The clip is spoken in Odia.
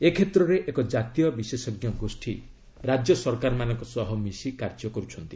ଏକ୍ଷେତ୍ରରେ ଏକ ଜାତୀୟ ବିଶେଷଜ୍ଞ ଗୋଷ୍ଠୀ ରାଜ୍ୟ ସରକାରମାନଙ୍କ ସହ ମିଶି କାର୍ଯ୍ୟ କରୁଛନ୍ତି